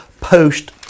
post